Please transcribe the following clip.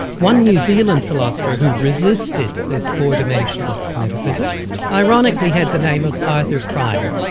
one new zealand philosopher who resisted this four-dimensionist metaphysics ironically had the name of arthur prior.